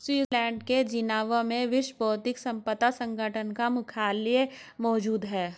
Switzerland के Geneva में विश्व बौद्धिक संपदा संगठन का मुख्यालय मौजूद है